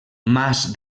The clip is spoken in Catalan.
mas